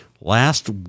Last